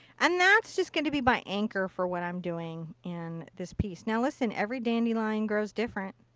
and that's just going to be my anchor for what i'm doing in this piece. now listen every dandelion grows different.